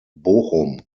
bochum